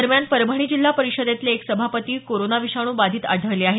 दरम्यान परभणी जिल्हा परिषदेतले एक सभापती कोरोना विषाणू बाधित आढळले आहेत